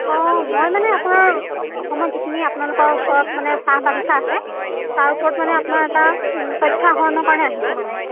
অ' মই মানে আপোনাৰ অসমত যিখিনি আপোনালোকৰ ওচৰত মানে চাহ বাগিচা আছে তাৰ ওপৰত মানে আপোনাৰ এটা তথ্য আহৰণৰ কাৰণে আহিছোঁ মানে